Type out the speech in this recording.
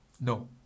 No